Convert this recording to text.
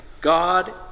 God